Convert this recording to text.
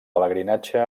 pelegrinatge